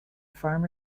farmer